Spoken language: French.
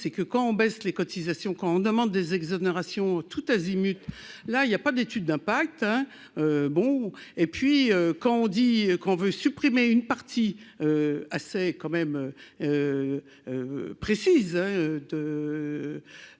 c'est que quand on baisse les cotisations, quand on demande des exonérations tout azimut, là il y a pas d'étude d'impact, hein, bon et puis quand on dit qu'on veut supprimer une partie assez quand